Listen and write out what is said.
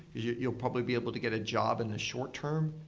you'll probably be able to get a job in the short term.